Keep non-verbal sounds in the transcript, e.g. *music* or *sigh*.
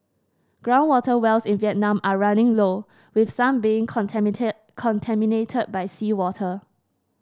ground water wells in Vietnam are running low with some being *unintelligible* contaminated by seawater